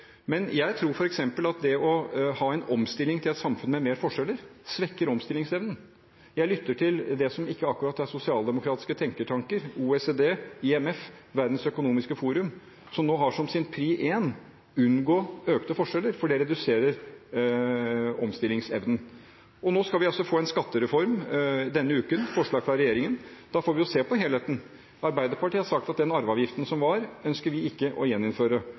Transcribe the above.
Men jeg tror at for eksempel det å ha en omstilling til et samfunn med større forskjeller svekker omstillingsevnen. Jeg lytter til det som ikke akkurat er sosialdemokratiske tenketanker – OECD, IMF, Verdens økonomiske forum – som nå har som sin førsteprioritet å unngå økte forskjeller, fordi det reduserer omstillingsevnen. Nå skal vi altså få en skattereform denne uken, etter forslag fra regjeringen. Da får vi se på helheten. Arbeiderpartiet har sagt at den arveavgiften som var, ønsker vi ikke å gjeninnføre.